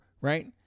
right